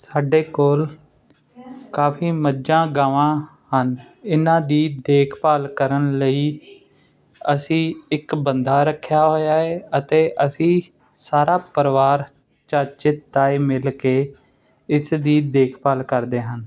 ਸਾਡੇ ਕੋਲ ਕਾਫੀ ਮੱਝਾਂ ਗਾਵਾਂ ਹਨ ਇਹਨਾਂ ਦੀ ਦੇਖਭਾਲ ਕਰਨ ਲਈ ਅਸੀਂ ਇੱਕ ਬੰਦਾ ਰੱਖਿਆ ਹੋਇਆ ਹੈ ਅਤੇ ਅਸੀਂ ਸਾਰਾ ਪਰਿਵਾਰ ਚਾਚੇ ਤਾਏ ਮਿਲ ਕੇ ਇਸ ਦੀ ਦੇਖਭਾਲ ਕਰਦੇ ਹਨ